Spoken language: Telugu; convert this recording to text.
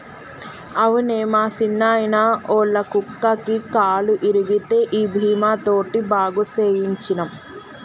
అవునే మా సిన్నాయిన, ఒళ్ళ కుక్కకి కాలు ఇరిగితే ఈ బీమా తోటి బాగు సేయించ్చినం